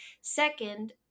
Second